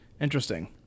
interesting